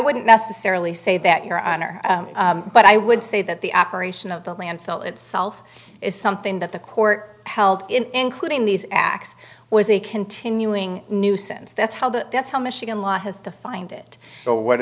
wouldn't necessarily say that your honor but i would say that the operation of the landfill itself is something that the court held including these acts was a continuing nuisance that's how the that's how michigan law has defined it so what